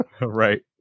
right